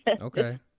Okay